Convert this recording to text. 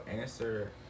answer